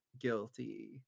guilty